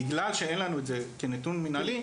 בגלל שאין לנו את זה כנתון מנהלי,